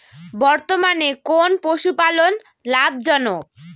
বর্তমানে কোন পশুপালন লাভজনক?